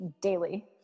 daily